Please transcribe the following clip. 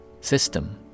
System